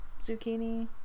zucchini